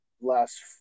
last